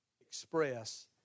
express